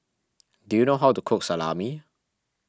do you know how to cook Salami